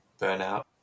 burnout